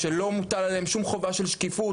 שלא מוטל עליהם שוב חובה של שקיפות,